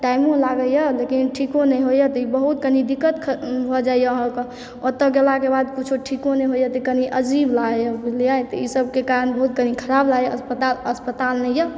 टाइमो लागैए लेकिन ठीको नहि होइए ई बहुत कनी दिक्कत भऽ जाइ यऽ अहाँके ओतऽ गेलाके बाद कुछो ठीको नहि होइ यऽ तऽ कनी अजीब लागै यऽ बुझलिए इसब कारण बहुत कनी खराब लागै यऽ अस्पताल अस्पताल नहि यऽ